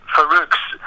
Farouk's